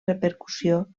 repercussió